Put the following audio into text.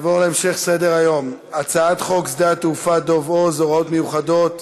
נעבור להמשך סדר-היום: הצעת חוק שדה-התעופה דב הוז (הוראות מיוחדות),